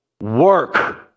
work